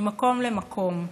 ממקום למקום.